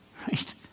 Right